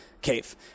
cave